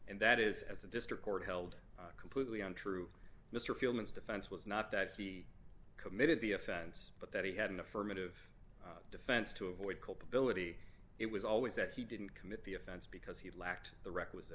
and that is as a district court held completely untrue mr field and stuff and it was not that he committed the offense but that he had an affirmative defense to avoid culpability it was always that he didn't commit the offense because he lacked the requisite